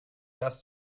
das